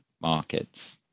markets